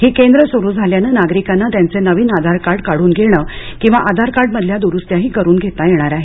ही केंद्र सुरू झाल्याने नागरिकांना त्यांचे नवीन आधारकार्ड काढून घेणे किंवा आधारकार्ड मधल्या द्रुस्त्याही करून घेता येणार आहेत